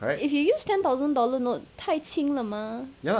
if you use ten thousand dollar note 太轻了吗